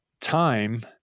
time